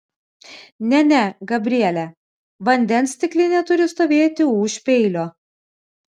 ne ne gabriele vandens stiklinė turi stovėti už peilio